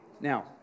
Now